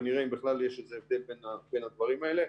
ונראה אם יש בכלל הבדל בין הדברים האלה.